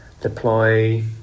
deploy